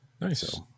Nice